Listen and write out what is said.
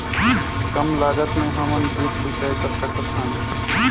कम लागत मे हमन ड्रिप सिंचाई कर सकत हन?